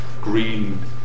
green